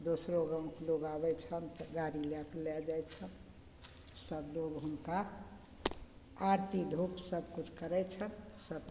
दोसरो गाँवके लोग आबय छनि तऽ गाड़ी लए कऽ लए जाइ छनि सब लोग हुनका आरती धूप सब किछु करय छनि सब